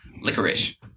licorice